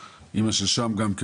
גם כן בזום.